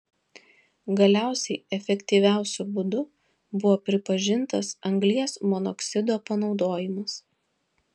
galiausiai efektyviausiu būdu buvo pripažintas anglies monoksido panaudojimas